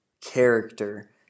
character